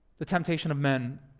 the temptation of men,